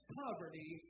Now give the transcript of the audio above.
poverty